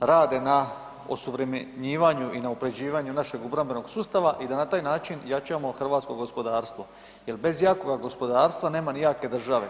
rade na osuvremenjivanju i unapređivanju naše obrembenog sustava i da na taj način jačamo hrvatsko gospodarstvo jel bez jakoga gospodarstva nema ni jake države.